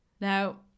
Now